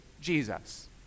Jesus